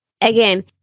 again